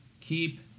Keep